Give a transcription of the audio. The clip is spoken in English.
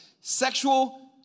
Sexual